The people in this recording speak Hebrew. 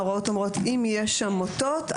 ההוראות אומרות שאם יש שם מוטות,